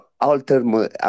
alter